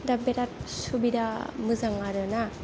दा बिराद सुबिदा मोजां आरोना